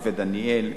נווה-דניאל,